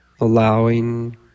allowing